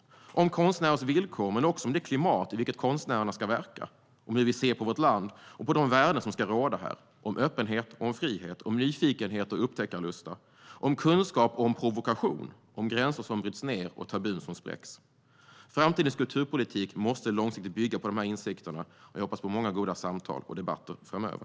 Det handlar om konstnärers villkor, men också om det klimat i vilket konstnärer ska verka, om hur vi ser på vårt land och på de värden som ska råda här, om öppenhet och frihet, om nyfikenhet och upptäckarlusta, om kunskap och om provokation, om gränser som bryts ned och om tabun som spräcks. Framtidens kulturpolitik måste långsiktigt bygga på dessa insikter, och jag hoppas på många goda samtal och debatter framöver.